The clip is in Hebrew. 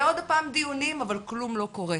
ועוד פעם דיונים אבל כלום לא קורה,